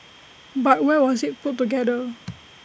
but where was IT put together